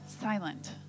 silent